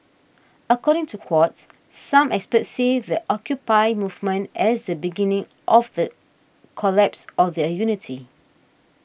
according to Quartz some experts see the Occupy movement as the beginning of the collapse of their unity